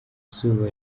zuba